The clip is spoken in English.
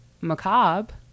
macabre